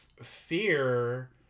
fear